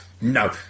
no